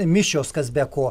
mišios kas be ko